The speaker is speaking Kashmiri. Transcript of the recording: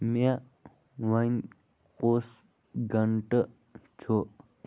مےٚ وَنۍ کۄس گنٹہٕ چھُ